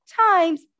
times